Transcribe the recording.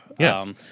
Yes